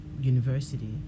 university